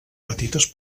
petites